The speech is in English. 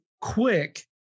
quick